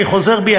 אני חוזר בי,